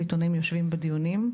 עיתונאים יושבים בדיונים,